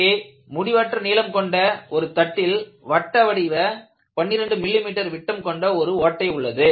இங்கே முடிவற்ற நீளம் கொண்ட ஒரு தட்டில் வட்ட வடிவ 12 மில்லிமீட்டர் விட்டம் கொண்ட ஓட்டை உள்ளது